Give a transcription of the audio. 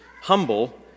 humble